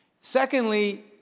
Secondly